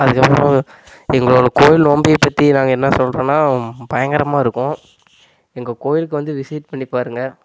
அதுக்கப்புறம் எங்களோடய கோயில் நோன்பியை பற்றி நாங்கள் என்ன சொல்றோன்னால் பயங்கரமாக இருக்கும் எங்கள் கோயிலுக்கு வந்து விசிட் பண்ணி பாருங்கள்